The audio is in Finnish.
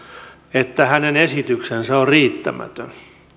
että hänen esityksensä on riittämätön